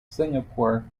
singapore